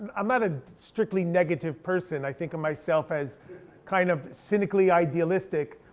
i'm not a strictly negative person. i think of myself as kind of cynically idealistic.